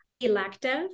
elective